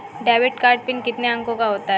Debit card pin कितने अंकों का होता है?